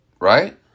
Right